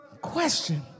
Question